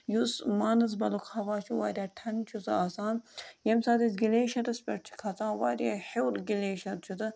یُس مانَسبَلُک ہوا چھُ واریاہ ٹھنٛڈٕ چھُ سُہ آسان ییٚمہِ ساتہٕ أسۍ گٕلیشرَس پٮ۪ٹھ چھِ کھسان واریاہ ہیوٚر گٕلییشر چھُ تَتھ